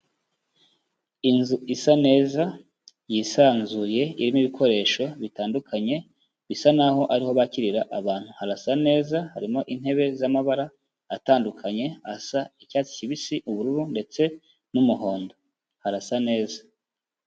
Inzu isa neza yisanzuye, irimo ibikoresho bitandukanye, bisa n'aho ariho bakirira abantu. Harasa neza harimo intebe z'amabara atandukanye, asa icyatsi kibisi, ubururu ndetse n'umuhondo. Harasa neza.